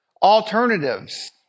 alternatives